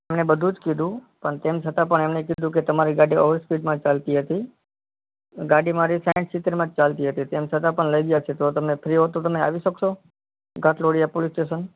એમને બધું જ કીધું પણ તેમ છતાં પણ એમણે કીધું કે તમારી ગાડી ઓવર સ્પીડમાં ચાલતી હતી ગાડી મારી સાઠ સિત્તેરમાં જ ચાલતી હતી તેમ છતાં પણ લઇ ગયા છે તો તમે ફ્રી હોવ તો તમે આવી શકશો ઘાટલોડિયા પોલીસ સ્ટેશન